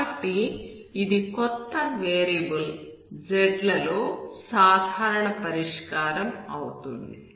కాబట్టి ఇది కొత్త వేరియబుల్ z లలో సాధారణ పరిష్కారం అవుతుంది